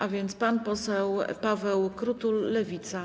A więc pan poseł Paweł Krutul, Lewica.